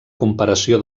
comparació